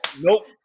nope